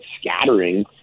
scattering